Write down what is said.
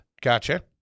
gotcha